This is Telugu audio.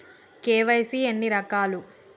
కే.వై.సీ ఎన్ని రకాలు?